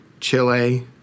Chile